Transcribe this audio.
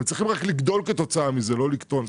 הם צריכים רק לגדול כתוצאה מזה, לא לקטון.